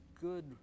good